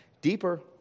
deeper